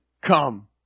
come